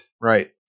right